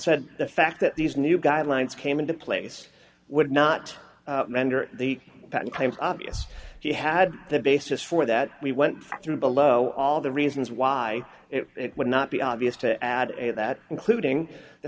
said the fact that these new guidelines came into place would not mender the claims obvious he had the basis for that we went through below all the reasons why it would not be obvious to add a that including the